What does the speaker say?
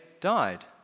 died